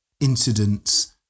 incidents